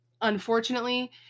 Unfortunately